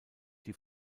die